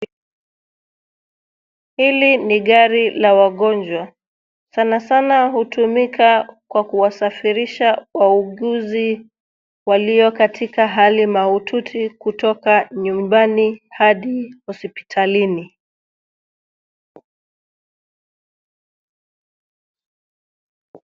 Hili ni gari la wagonjwa. Sanasana hutumika kwa kuwasafirisha wauguzi walio katika hali mahututi kutoka nyumbani hadi hospitalini.